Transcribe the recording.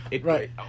right